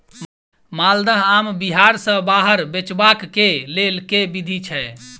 माल्दह आम बिहार सऽ बाहर बेचबाक केँ लेल केँ विधि छैय?